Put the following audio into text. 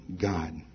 God